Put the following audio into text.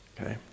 okay